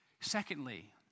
Secondly